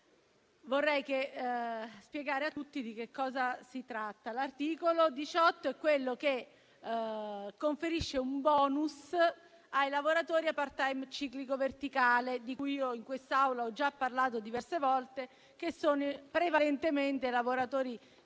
vorrei spiegare a tutti di cosa si tratta. L'articolo 18 conferisce un *bonus* ai lavoratori a *part-time* ciclico verticale, di cui in quest'Aula ho già parlato diverse volte. Sono prevalentemente lavoratori delle